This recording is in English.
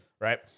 right